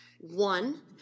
one